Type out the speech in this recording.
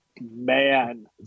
Man